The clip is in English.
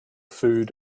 food